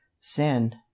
sin